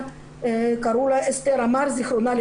קראו לה אסתר עמר ז"ל,